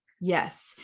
Yes